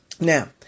Now